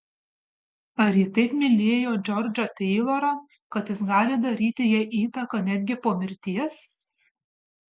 ar ji taip mylėjo džordžą teilorą kad jis gali daryti jai įtaką netgi po mirties